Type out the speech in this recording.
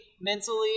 mentally